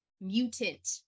mutant